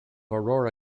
aurora